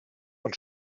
und